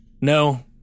No